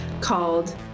called